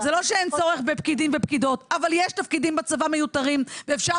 זה לא שאין צורך בפקידים ופקידות אבל יש תפקידים בצבא מיותרים ואפשר